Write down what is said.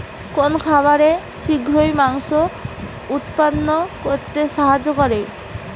কোন খাবারে শিঘ্র মাংস উৎপন্ন করতে সাহায্য করে?